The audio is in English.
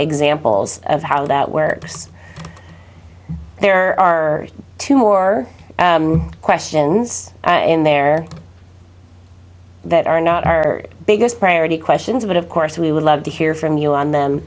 examples of how that works there are two more questions in there that are not our biggest priority questions but of course we would love to hear from you on them